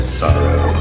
sorrow